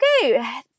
okay